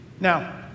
Now